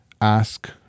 ask